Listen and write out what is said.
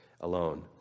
alone